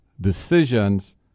decisions